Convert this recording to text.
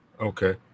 Okay